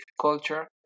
culture